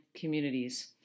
communities